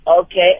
Okay